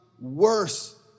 worse